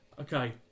Okay